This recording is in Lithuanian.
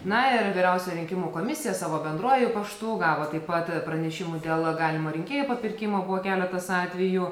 na ir vyriausioji rinkimų komisija savo bendruoju paštu gavo taip pat pranešimų dėl galimo rinkėjų papirkimo buvo keletas atvejų